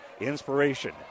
inspiration